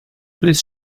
please